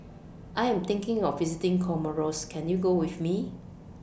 I Am thinking of visiting Comoros Can YOU Go with Me